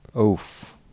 Oof